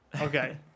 okay